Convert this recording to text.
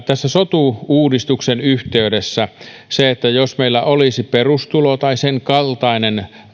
tässä sotu uudistuksen yhteydessä meillä voisi olla perustulo tai senkaltainen